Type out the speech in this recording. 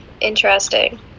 interesting